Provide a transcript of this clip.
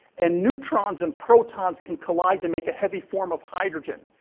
and neutrons and protons can collide to make a heavy form of hydrogen.